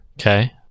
Okay